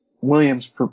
williams